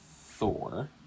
Thor